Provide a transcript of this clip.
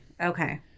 okay